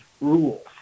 rules